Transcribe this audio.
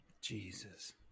Jesus